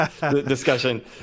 discussion